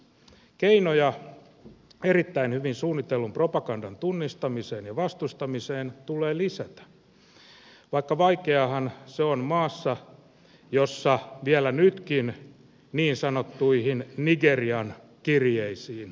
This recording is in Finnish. keinoja erittäin hyvin suunnitellun propagandan tunnistamiseen ja vastustamiseen tulee lisätä vaikka vaikeaahan se on maassa jossa vielä nytkin niin sanottuihin nigerian kirjeisiin vastataan